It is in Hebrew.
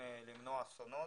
בהם.